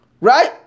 right